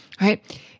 right